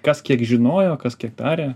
kas kiek žinojo kas kiek darė